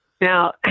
Now